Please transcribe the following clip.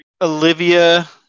Olivia